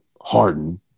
hardened